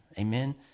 Amen